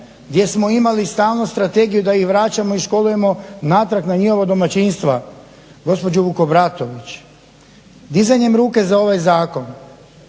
gdje smo imali stalno strategiju da ih vraćamo iz školujemo natrag na njihova domaćinstva gospođo Vukobratović. Dizanjem ruke za ovaj zakon